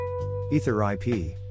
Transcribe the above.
EtherIP